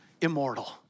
immortal